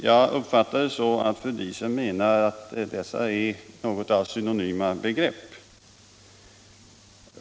Jag uppfattade det så att fru Diesen menade att det är synonyma begrepp.